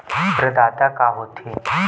प्रदाता का हो थे?